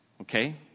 Okay